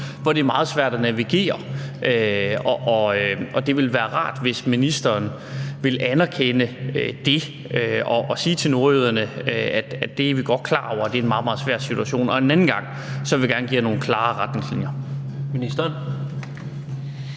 hvor det er meget svært at navigere, og det ville være rart, hvis ministeren ville anerkende det og sige til nordjyderne: Vi er godt klar over, at det er en meget, meget svær situation. En anden gang vil jeg gerne give jer nogle klarere retningslinjer.